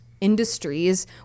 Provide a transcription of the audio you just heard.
industries